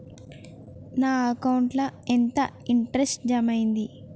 నా అకౌంట్ ల ఎంత ఇంట్రెస్ట్ జమ అయ్యింది?